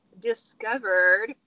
discovered